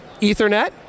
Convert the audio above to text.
Ethernet